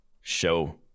show